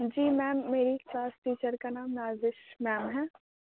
جی ma'am میری class teacher کا نام نازش میم ہے